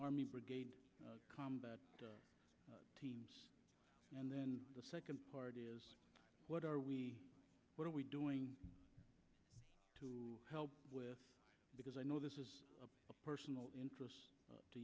army brigade combat teams and then the second part is what are we what are we doing to help because i know this is a personal interest to